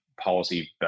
policy